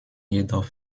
jedoch